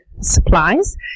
supplies